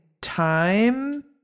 time